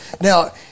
now